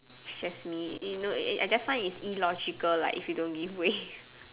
it's just me you know I I just find it's illogical like if you don't give way